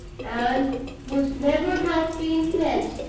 and would never have been let,